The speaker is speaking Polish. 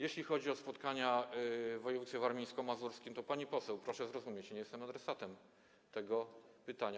Jeśli chodzi o spotkania w województwie warmińsko-mazurskim, to, pani poseł, proszę zrozumieć, nie jestem adresatem tego pytania.